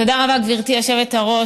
תודה רבה, גברתי היושבת-ראש.